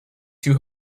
two